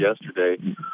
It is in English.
yesterday